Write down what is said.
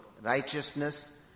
Righteousness